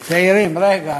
צעירים, רגע.